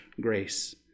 grace